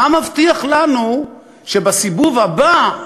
מה מבטיח לנו שבסיבוב הבא,